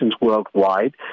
worldwide